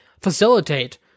facilitate